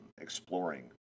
exploring